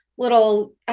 little